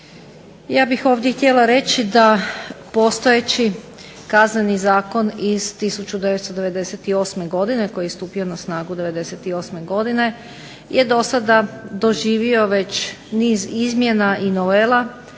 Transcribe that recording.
Ja bih ovdje htjela reći da postojeći Kazneni zakon iz 1998. godine koji je stupio na snagu 98. godine je do sada doživio već niz izmjena i novela,